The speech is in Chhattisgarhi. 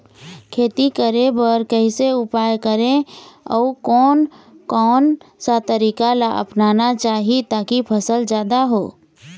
खेती करें बर कैसे उपाय करें अउ कोन कौन सा तरीका ला अपनाना चाही ताकि फसल जादा हो?